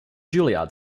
juilliard